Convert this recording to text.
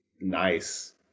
nice